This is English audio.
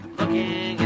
looking